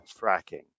fracking